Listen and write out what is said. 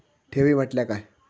ठेवी म्हटल्या काय?